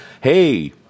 hey